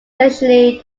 essentially